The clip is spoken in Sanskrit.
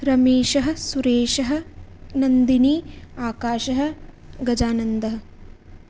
रमेशः सुरेशः नन्दिनी आकाशः गजानन्दः